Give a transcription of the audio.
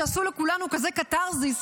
שעשו לכולנו כזה קתרזיס,